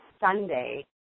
Sunday